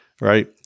right